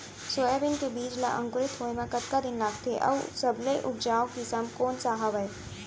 Soybean के बीज ला अंकुरित होय म कतका दिन लगथे, अऊ सबले उपजाऊ किसम कोन सा हवये?